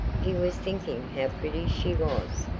he was thinking how pretty she was.